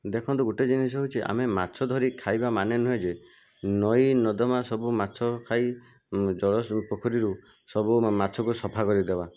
ଦେଖନ୍ତୁ ଗୋଟିଏ ଜିନିଷ ହେଉଛ ଆମେ ମାଛ ଧରିକି ଖାଇବା ମାନେ ନୁହଁ ଯେ ନଈ ନର୍ଦ୍ଦମା ସବୁ ମାଛ ଖାଇ ଜଳ ପୋଖରୀରୁ ସବୁ ମାଛକୁ ସଫା କରି ଦେବା